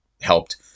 helped